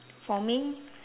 for me